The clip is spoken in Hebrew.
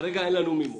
כרגע אין לנו מימון.